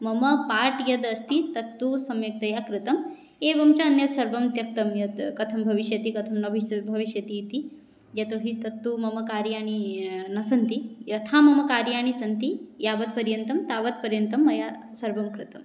मम पार्ट् यद् अस्ति तत्तु सम्यक्तया कृतम् एवं च अन्यत् सर्वं त्यक्तव्यत् कथं भविष्यति कथं नविस् भविष्यति इति यतोऽहि तत्तु मम कार्याणि न सन्ति यथा मम कार्याणि सन्ति यावत्पर्यन्तं तावत्पर्यन्तं मया सर्वं कृतम्